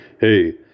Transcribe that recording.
Hey